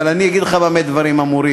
אבל אני אגיד לך במה דברים אמורים,